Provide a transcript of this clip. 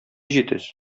җитез